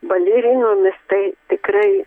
balerinomis tai tikrai